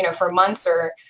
you know for months or,